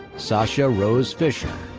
sasha rose fisher.